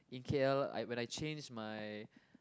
in K_L I when I change my